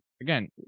Again